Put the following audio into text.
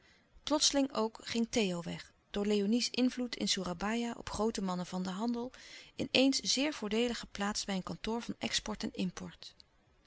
plotseling ook ging theo weg door léonie's invloed in soerabaia op groote mannen van den handel in eens zeer voordeelig geplaatst bij een kantoor van export en import